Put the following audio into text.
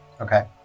Okay